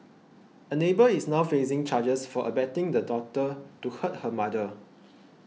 a neighbour is now facing charges for abetting the daughter to hurt her mother